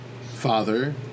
father